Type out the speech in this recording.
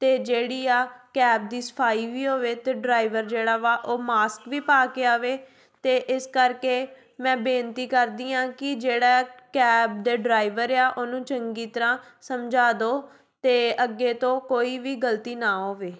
ਅਤੇ ਜਿਹੜੀ ਆ ਕੈਬ ਦੀ ਸਫਾਈ ਵੀ ਹੋਵੇ ਅਤੇ ਡਰਾਇਵਰ ਜਿਹੜਾ ਵਾ ਉਹ ਮਾਸਕ ਵੀ ਪਾ ਕੇ ਆਵੇ ਅਤੇ ਇਸ ਕਰਕੇ ਮੈਂ ਬੇਨਤੀ ਕਰਦੀ ਹਾਂ ਕਿ ਜਿਹੜਾ ਕੈਬ ਦਾ ਡਰਾਇਵਰ ਆ ਉਹਨੂੰ ਚੰਗੀ ਤਰ੍ਹਾਂ ਸਮਝਾ ਦਿਓ ਅਤੇ ਅੱਗੇ ਤੋਂ ਕੋਈ ਵੀ ਗਲਤੀ ਨਾ ਹੋਵੇ